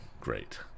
great